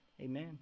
Amen